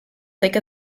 take